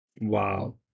Wow